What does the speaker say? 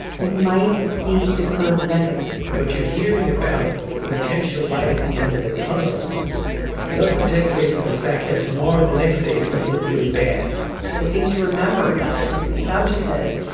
we might see the curve bending what you're hearing about potential light at the end of the tunnel doesn't take away from the fact that tomorrow, the next day, it's going to look really bad the thing to remember, dr. anthony fauci says,